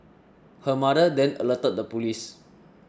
her mother then alerted the police